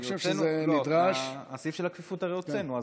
את הסעיף של הכפיפות הרי הוצאנו.